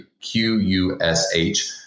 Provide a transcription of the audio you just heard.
Q-U-S-H